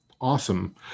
awesome